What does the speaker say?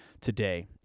today